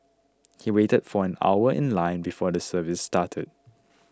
he waited for an hour in line before the service started